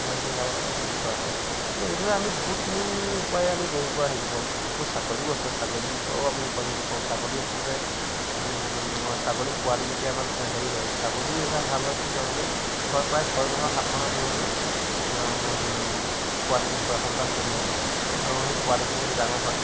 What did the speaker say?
সিমানখিনি দামত বিক্ৰী কৰা হয় তো এইদৰে আমি বহুতখিনি উপায়েৰে আমি গৰুৰপৰা হেৰি কৰিব পাৰোঁ মোৰ ছাগলীও আছে ছাগলীৰপৰাও আমি উপাৰ্জন কৰিব পাৰোঁ ছাগলী আচলতে ছাগলী পোৱালী যেতিয়া আমাৰ হেৰি হয় ছাগলী এটা ভাল হয় কি তেওঁলোকে প্ৰায় ছয়মাহৰ সাত মাহৰ মূৰে মূৰে পোৱালী জন্ম কৰে সন্তান জন্ম দিয়ে আৰু সেই পোৱালীখিনি যেতিয়া ডাঙৰ হয়